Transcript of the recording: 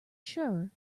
sure